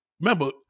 Remember